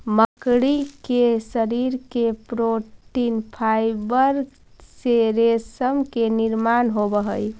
मकड़ी के शरीर के प्रोटीन फाइवर से रेशम के निर्माण होवऽ हई